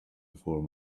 before